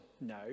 No